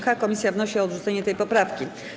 Komisja wnosi o odrzucenie tej poprawki.